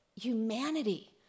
Humanity